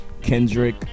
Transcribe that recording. Kendrick